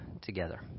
together